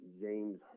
James